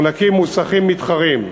אנחנו נקים מוסכים מתחרים,